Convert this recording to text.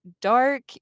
dark